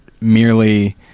merely